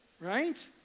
right